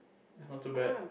is not too bad